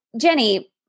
Jenny